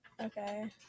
Okay